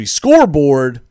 scoreboard